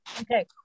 Okay